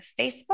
facebook